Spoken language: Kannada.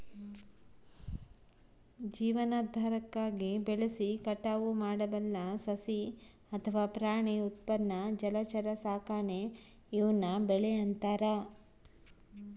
ಜೀವನಾಧಾರಕ್ಕಾಗಿ ಬೆಳೆಸಿ ಕಟಾವು ಮಾಡಬಲ್ಲ ಸಸ್ಯ ಅಥವಾ ಪ್ರಾಣಿ ಉತ್ಪನ್ನ ಜಲಚರ ಸಾಕಾಣೆ ಈವ್ನ ಬೆಳೆ ಅಂತಾರ